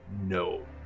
no